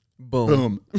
Boom